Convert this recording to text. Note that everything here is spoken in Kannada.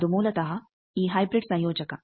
ಅದು ಮೂಲತಃ ಈ ಹೈಬ್ರಿಡ್ ಸಂಯೋಜಕ